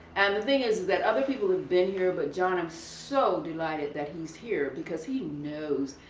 and the thing is that other people have been here, but john i'm so delighted that he's here because he knows.